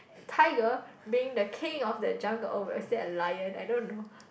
tiger being the king of the jungle or was that a lion I don't know